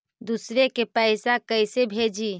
दुसरे के पैसा कैसे भेजी?